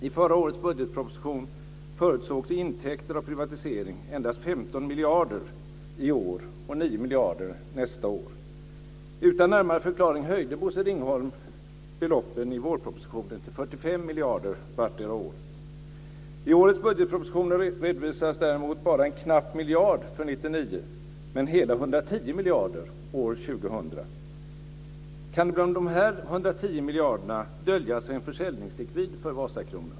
I förra årets budgetproposition förutsågs i intäkter av privatisering endast 15 miljarder kronor i år och 9 miljarder kronor nästa år. Utan närmare förklaring höjde Bosse Ringholm beloppen i vårpropositionen till 45 miljarder kronor vartdera året. I årets budgetproposition redovisas däremot bara en knapp miljard för 1999 men hela 110 miljarder kronor år 2000. Kan det bland dessa 110 miljarder kronor dölja sig en försäljningslikvid för Vasakronan?